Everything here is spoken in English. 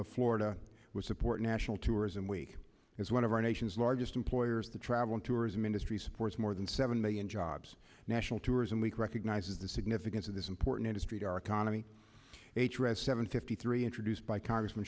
of florida will support national tourism week as one of our nation's largest employers the travel and tourism industry supports more than seven million jobs national tourism week recognizes the significance of this important industry to our economy h r s seven fifty three introduced by congressman